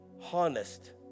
harnessed